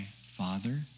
father